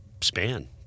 span